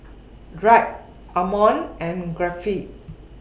Drake Ammon and Griffith